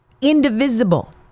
Indivisible